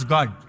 God